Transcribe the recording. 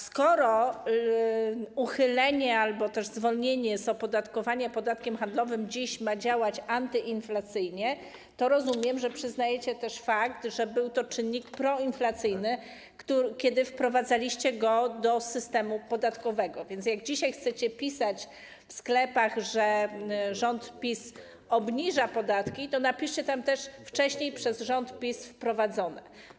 Skoro uchylenie albo też zwolnienie z opodatkowania podatkiem handlowym dziś ma działać antyinflacyjnie, to rozumiem, że przyznajecie też, że był to czynnik proinflacyjny, kiedy wprowadzaliście go do systemu podatkowego, więc gdy dzisiaj chcecie pisać w sklepach, że rząd PiS obniża podatki, to napiszecie tam też, że wcześniej przez rząd PiS je wprowadzono.